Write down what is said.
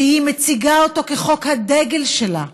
שהיא מציגה אותו כחוק הדגל שלה,